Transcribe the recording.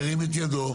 ירים את ידו.